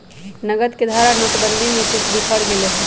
नकद के धारा नोटेबंदी में कुछ बिखर गयले हल